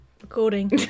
Recording